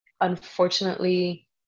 unfortunately